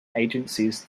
agencies